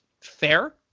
fair